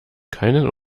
keinen